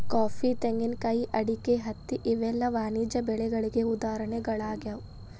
coffee, ತೆಂಗಿನಕಾಯಿ, ಅಡಿಕೆ, ಹತ್ತಿ ಇವೆಲ್ಲ ವಾಣಿಜ್ಯ ಬೆಳೆಗಳಿಗೆ ಉದಾಹರಣೆಗಳಾಗ್ಯಾವ